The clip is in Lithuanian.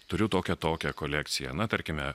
turiu tokią tokią kolekciją na tarkime